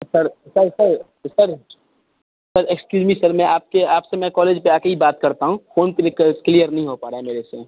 पर sir sir sir sir sir excuse me sir मैं आपके आप से मैं कॉलेज पर आ कर ही बात करता हूँ फ़ोन क्लियर नहीं हो पा रहा है मेरे से